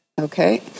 Okay